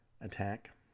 attack